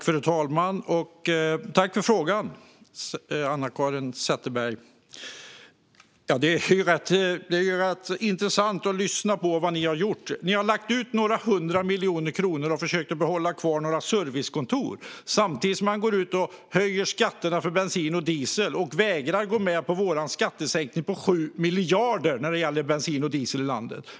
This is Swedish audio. Fru talman! Tack för frågan, Anna-Caren Sätherberg! Det är rätt intressant att lyssna på vad ni har gjort. Ni har lagt ut några hundra miljoner kronor och försökt behålla några servicekontor. Samtidigt går ni ut och höjer skatterna för bensin och diesel och vägrar att gå med på vår skattesänkning på 7 miljarder när det gäller bensin och diesel.